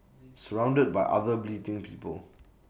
surrounded by other bleating people